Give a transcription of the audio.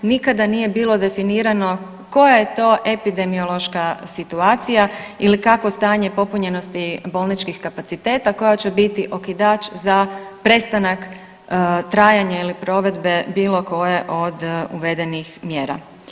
Nikada nije bilo definirano koja je to epidemiološka situacija ili kakvo stanje popunjenosti bolničkih kapaciteta koja će biti okidač za prestanak trajanja ili provedbe bilo koje od uvedenih mjera.